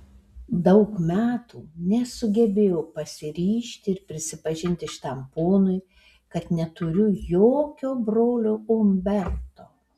daug metų nesugebėjau pasiryžti ir prisipažinti šitam ponui kad neturiu jokio brolio umberto